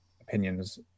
opinions